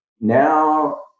Now